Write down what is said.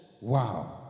wow